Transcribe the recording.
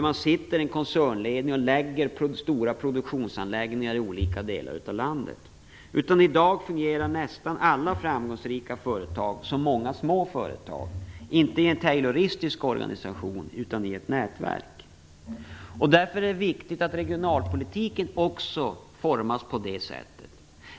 Man sitter inte i en koncernledning och placerar stora produktionsanläggningar i olika delar av landet, utan i dag fungerar nästan alla framgångsrika företag som många små företag, inte i en tayloristisk organisation utan i ett nätverk. Därför är det viktigt att regionalpolitiken också formas på det sättet.